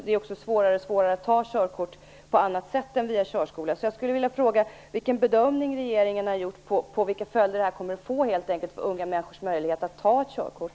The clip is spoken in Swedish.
Det är också svårare och svårare att ta körkort på annat sätt än via körskola. Jag skulle vilja fråga vilken bedömning regeringen har gjort av vilka följder det kommer att få för unga människors möjlighet att ta körkort.